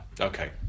Okay